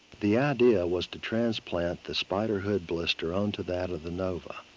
the idea was to transplant the spyder hood blister unto that of the nova.